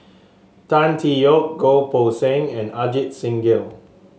Tan Tee Yoke Goh Poh Seng and Ajit Singh Gill